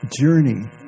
journey